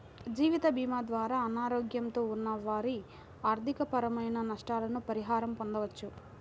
జీవితభీమా ద్వారా అనారోగ్యంతో ఉన్న వారి ఆర్థికపరమైన నష్టాలకు పరిహారం పొందవచ్చు